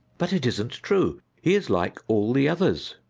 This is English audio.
but it isn't true. he is like all the others,